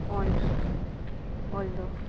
ᱚᱞ ᱚᱞ ᱫᱚ